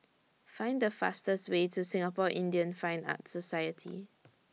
Find The fastest Way to Singapore Indian Fine Arts Society